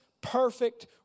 perfect